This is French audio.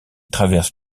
traverse